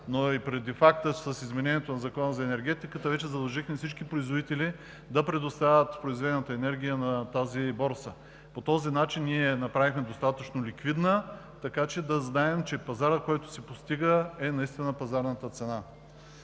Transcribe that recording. Факт е, че с изменението на Закона за енергетиката вече задължихме всички производители да предоставят произведената енергия на тази борса. По този начин ние я направихме достатъчно ликвидна, така че да знаем, че на пазара се предлага наистина по пазарната цена.